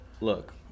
look